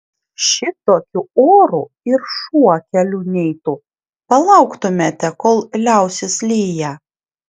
šitokiu oru ir šuo keliu neitų palauktumėte kol liausis liję